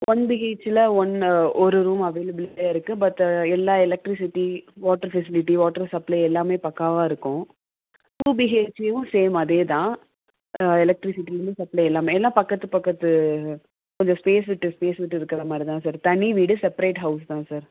one பிஹெச்கேயில் one ஒரு room அவைளபிலிட்டியாக இருக்குது பட் எல்லா electricity water facility water supply எல்லாமே பக்காவாக இருக்கும் டூ பிஹெச்கேவும் சேம் அதே தான் எலெக்ட்ரிசிட்டி இருந்து சப்ளை எல்லாம் பக்கத்து பக்கத்து கொஞ்சம் ஸ்பேஸ் விட்டு ஸ்பேஸ் விட்டு இருக்கிற மாதிரி தான் சார் தனி வீடு செப்பரேட் ஹவுஸ் தான் சார்